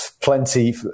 plenty